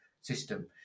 system